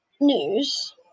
news